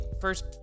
first